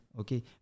Okay